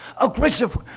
aggressive